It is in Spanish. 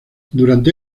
durante